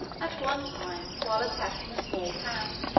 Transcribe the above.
at one time, while attacking a small town,